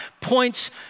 points